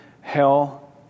hell